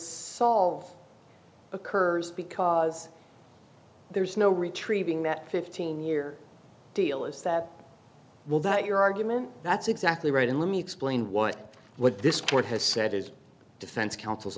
solve occurs because there's no retrieving that fifteen year deal is that will that your argument that's exactly right and let me explain what what this court has said is a defense counsel's